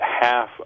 half